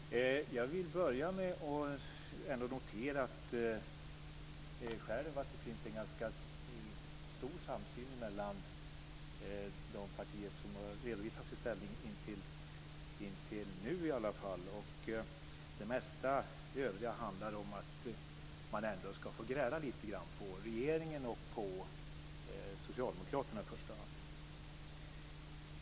Fru talman! Jag vill börja med att notera att det finns en ganska stor samsyn mellan de partier som redovisat sin inställning intill nu i alla fall. Det mesta övriga handlar om att man ändå ska få gräla lite grann på regeringen och socialdemokraterna i första hand.